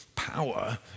Power